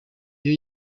iyo